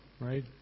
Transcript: right